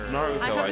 Naruto